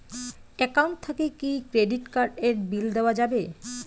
Account থাকি কি credit card এর বিল দেওয়া যাবে?